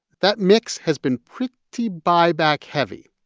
that mix has been pretty buyback-heavy.